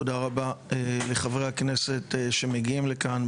תודה רבה לחברי הכנסת שמגיעים לכאן,